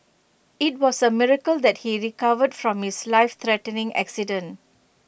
IT was A miracle that he recovered from his life threatening accident